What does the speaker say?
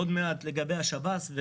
עוד מעט לגבי השב"ס,